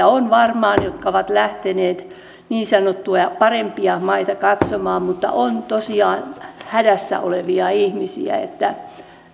on varmaan niitä jotka ovat lähteneet niin sanottuja parempia maita katsomaan mutta on tosiaan hädässä olevia ihmisiä että